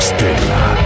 Stella